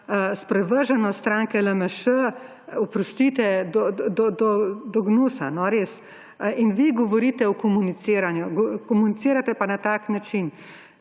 sprevrženost stranke LMŠ, oprostite, do gnusa. In vi govorite o komuniciranju, komunicirate pa na tak način,